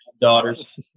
Daughters